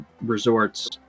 resorts